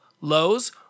Lowe's